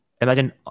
imagine